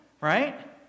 right